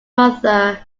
mother